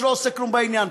שלא עושה כלום בעניין.